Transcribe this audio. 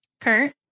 Kurt